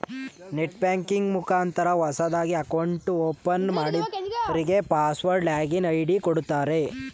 net banking ಮುಖಾಂತರ ಹೊಸದಾಗಿ account open ಮಾಡದವ್ರಗೆ ಪಾಸ್ವರ್ಡ್ ಲಾಗಿನ್ ಐ.ಡಿ ಕೊಡುತ್ತಾರೆ